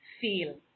feel